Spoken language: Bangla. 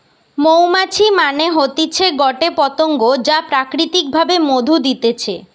মধুমাছি মানে হতিছে গটে পতঙ্গ যা প্রাকৃতিক ভাবে মধু দিতেছে